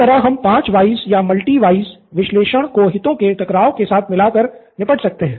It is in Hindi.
तो इस तरह हम पांच व्हयस विश्लेषण को हितो के टकराव के साथ मिलाकर निपट सकते हैं